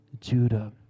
Judah